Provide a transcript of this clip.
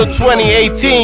2018